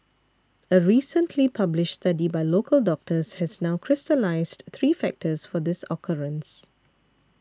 a recently published study by local doctors has now crystallised three factors for this occurrence